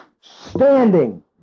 Standing